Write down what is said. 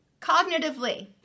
Cognitively